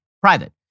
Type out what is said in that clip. private